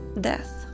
death